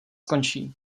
končí